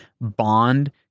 bond